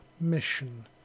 mission